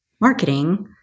marketing